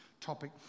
topic